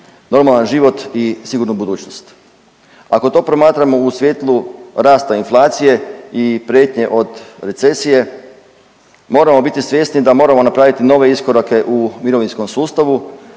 normalan život i sigurnu budućnost. Ako to promatramo u svijetlu rasta inflacije i prijetnje od recesije, moramo biti svjesni da moramo napraviti nove iskorake u mirovinskom sustavu,